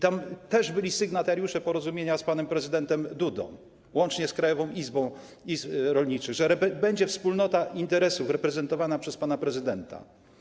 Tam byli też sygnatariusze porozumienia z panem prezydentem Dudą, łącznie z Krajową Radą Izb Rolniczych, o tym, że będzie wspólnota interesów, reprezentowana przez pana prezydenta.